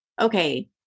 okay